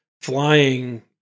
flying